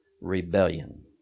rebellion